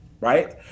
Right